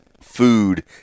food